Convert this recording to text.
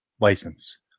license